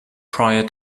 prior